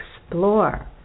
explore